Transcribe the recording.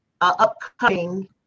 upcoming